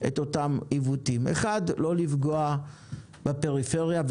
א' לא לפגוע בפריפריה,